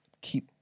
keep